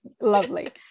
lovely